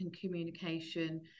communication